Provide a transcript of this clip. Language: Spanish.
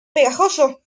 pegajoso